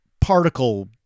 particle